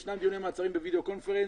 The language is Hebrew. ישנם דיוני מעצרים בווידאו-קונפרנס,